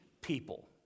people